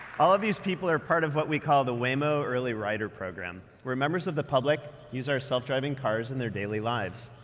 all of these people are part of what we call the waymo early rider program, where members of the public use our self-driving cars in their daily lives.